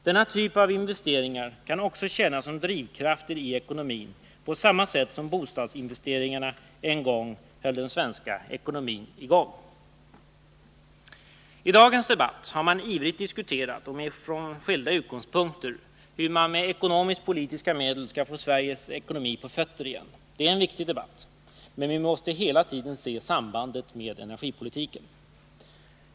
Denna typ av investeringar kan också tjäna som drivkraft i ekonomin på samma sätt som bostadsinvesteringarna en gång höll den svenska ekonomin i gång. I dagens debatt har man från skilda utgångspunkter ivrigt diskuterat hur man med ekonomisk-politiska medel skall få Sveriges ekonomi på fötter igen. Det är en viktig debatt, men vi måste hela tiden se sambandet med energipolitiken.